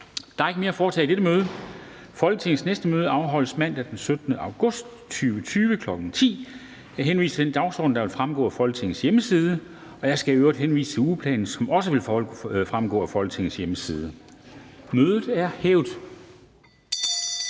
Der er ikke mere at foretage i dette møde. Folketingets næste møde afholdes mandag den 17. august 2020, kl. 13.00. Jeg henviser til den dagsorden, der vil fremgå af Folketingets hjemmeside, og jeg skal i øvrigt henvise til ugeplanen, som også vil fremgå af Folketingets hjemmeside. Mødet er hævet.